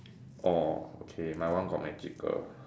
orh okay my one got magical